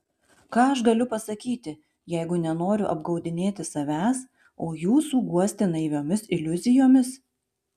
ką aš galiu pasakyti jeigu nenoriu apgaudinėti savęs o jūsų guosti naiviomis iliuzijomis